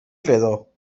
redó